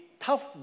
tough